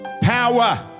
power